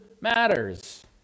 matters